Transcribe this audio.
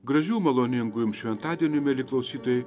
gražių maloningųjų šventadienių mieli klausytojai